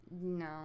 no